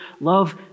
love